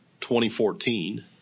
2014